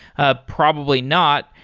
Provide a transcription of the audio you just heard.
ah probably not.